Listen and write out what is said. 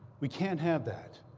we can't have that.